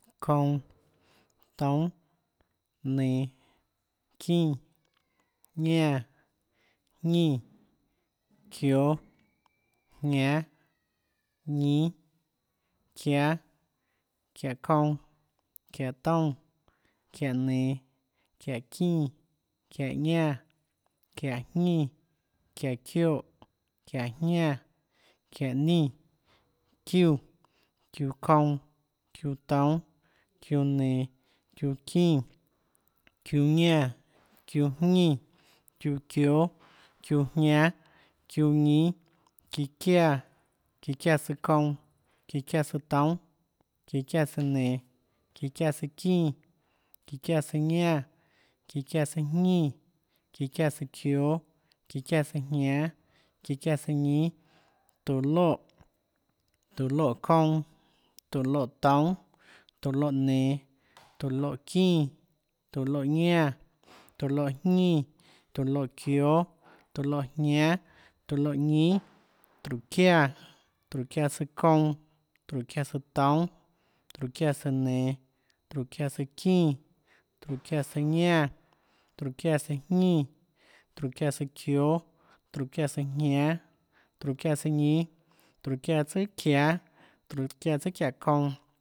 Kounã, toúnâ, nenå, çínã, ñánã, jñínã, çióâ, jñánâ, ñínâ, çiáâ, çiáhå kounã, çiáhå toúnâ, çiáhå nenå, çiáhå çínã, çiáhå ñánã, çiáhå jñínã, çiáhå çioè, çiáhå jñánã, çiáhå nínã, çiúã, çiúã kounã, çiúã toúnâ, çiúã nenå, çiúã çínã, çiúã ñánã, çiúã jñínã, çiúã çióâ, çiúã jñánâ, çiúã ñínâ, çíã çiáã, çíã çiáã tsùâ kounã, çíã çiáã tsùâ toúnâ, çíã çiáã tsùâ nenå, çíã çiáã tsùâ çínã, çíã çiáã tsùâ ñánã çíã çiáã tsùâ jñínã çíã çiáã tsùâ çióâ, çiáã tsùâjñánâ, çíã çiáã tsùâ ñínâ, tóå loè. tóå loè kounã. tóå loè toúnâ, tóå loè nenå. tóå loè çínã, tóå loè ñánã. tóå loè jñínã. tóå loè çióâ. tóå loè jñánâ. tóå loè ñínâ, tróhå çiáã, tróhå çiáã tsùâ kounã. tróhå çiáã tsùâ toúnâ. tróhå çiáã tsùâ nenå. tróhå çiáã tsùâ çínã. tróhå çiáã tsùâ ñánã, tróhå çiáã tsùâjñínã. tróhå çiáã tsùâ çióâ, tróhå çiáã tsùâ jñánâ. tróhå çiáã tsùâ ñínâ, tróhå çiáã tsùâ çiáâ, tróhå çiáã tsùâ kiáhå kounã